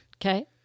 Okay